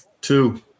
two